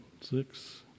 six